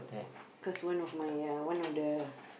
cause one of my uh one of the